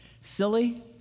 Silly